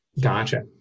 Gotcha